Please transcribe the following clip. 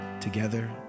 together